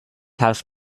house